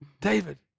David